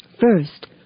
First